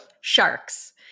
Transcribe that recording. Sharks